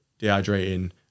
dehydrating